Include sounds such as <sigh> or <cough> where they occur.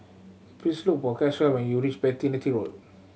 please look for Caswell when you reach Beatty <unintelligible> Road